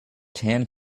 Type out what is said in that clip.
tan